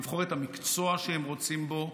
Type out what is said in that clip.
לבחור את המקצוע שהם רוצים בו